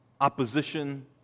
opposition